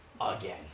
again